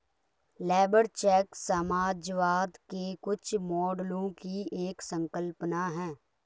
labour check समाजवाद के कुछ मॉडलों की एक संकल्पना है